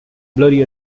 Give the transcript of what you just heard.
blurry